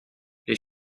les